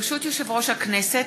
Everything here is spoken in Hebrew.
ברשות יושב-ראש הכנסת,